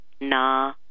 na